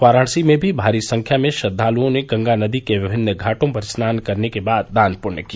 वाराणसी में भी भारी संख्या में श्रद्वाल्ओं ने गंगा नदी के विभिन्न घाटों पर स्नान करने के बाद दान पृण्य किया